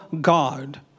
God